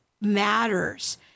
matters